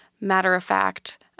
matter-of-fact